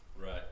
right